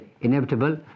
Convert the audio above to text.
inevitable